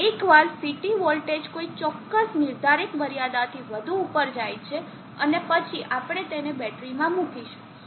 હવે એકવાર CT voltage કોઈ ચોક્કસ નિર્ધારિત મર્યાદાથી વધુ ઉપર જાય છે અને પછી આપણે તેને બેટરીમાં મૂકીશું